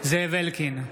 זאב אלקין,